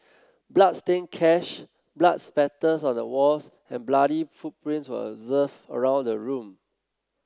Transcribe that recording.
bloodstained cash blood splatters on the walls and bloody footprints were observed around the room